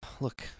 Look